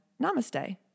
Namaste